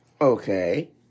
Okay